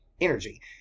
energy